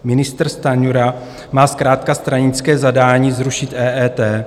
Ministr Stanjura má zkrátka stranické zadání zrušit EET.